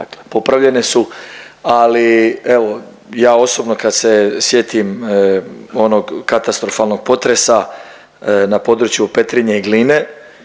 popravljene su, ali evo ja osobno kad se sjetim onog katastrofalnog potresa na području Petrinje i Gline,